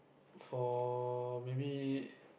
for maybe